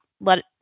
let